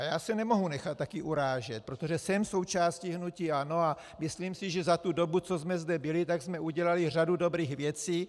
A já se nemohu nechat taky urážet, protože jsem součástí hnutí ANO a myslím si, že za tu dobu, co jsme zde byli, jsme udělali řadu dobrých věcí.